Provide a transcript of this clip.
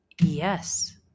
yes